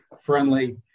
friendly